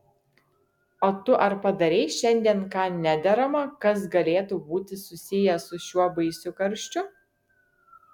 o tu ar padarei šiandien ką nederama kas galėtų būti susiję su šiuo baisiu karščiu